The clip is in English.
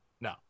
No